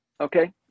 okay